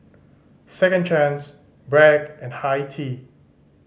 Second Chance Bragg and Hi Tea